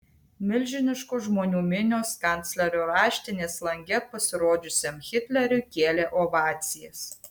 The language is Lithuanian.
milžiniškos žmonių minios kanclerio raštinės lange pasirodžiusiam hitleriui kėlė ovacijas